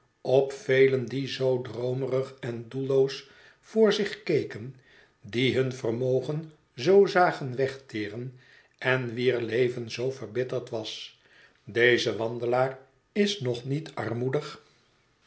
op velen die zoo droomerig en doelloos voor zich keken die hun vermogen zoo zagen wegteren en wier leven zoo verbitterd was deze wandelaar is nog niet armoedig